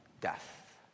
death